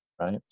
right